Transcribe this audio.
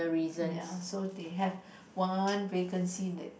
ya so they have one vacancy in the